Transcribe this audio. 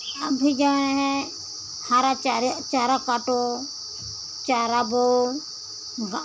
अभी जो है हरा चारा काटो चारा बोओ